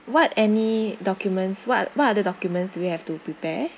what any documents what what are the documents do we have to prepare